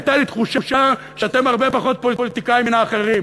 הייתה לי תחושה שאתם הרבה פחות פוליטיקאים מאחרים,